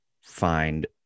find